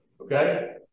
okay